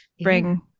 bring